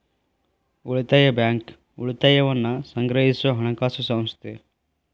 ಉಳಿತಾಯ ಬ್ಯಾಂಕ್, ಉಳಿತಾಯವನ್ನ ಸಂಗ್ರಹಿಸೊ ಹಣಕಾಸು ಸಂಸ್ಥೆ